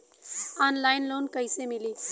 Online loan कइसे मिली?